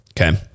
Okay